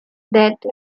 that